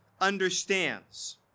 understands